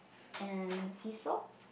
and seesaw